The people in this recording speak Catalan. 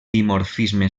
dimorfisme